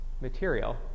material